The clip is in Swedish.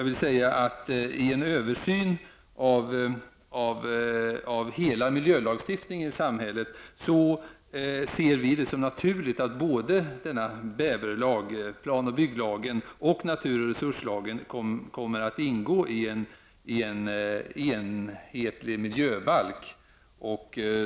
Vid en översyn av hela miljölagstiftningen i samhället ser vi det som naturligt att denna bäverlag, plan och bygglagen, och naturresurslagen kommer att ingå i en enhetlig miljöbalk.